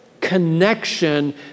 connection